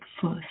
first